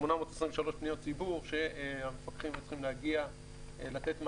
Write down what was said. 823 פניות ציבור שהמפקחים היו צריכים להגיע לתת מענה,